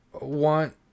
want